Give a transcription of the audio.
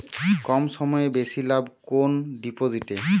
কম সময়ে বেশি লাভ কোন ডিপোজিটে?